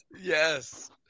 Yes